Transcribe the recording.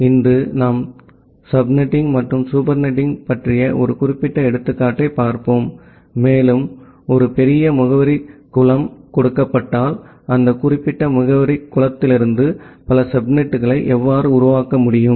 எனவே இன்று நாம் சப்நெட்டிங் மற்றும் சூப்பர்நெட்டிங் பற்றிய ஒரு குறிப்பிட்ட எடுத்துக்காட்டைப் பார்ப்போம் மேலும் ஒரு பெரிய முகவரிக் குளம் கொடுக்கப்பட்டால் அந்த குறிப்பிட்ட முகவரிக் குளத்திலிருந்து பல சப்நெட்களை எவ்வாறு உருவாக்க முடியும்